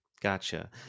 Gotcha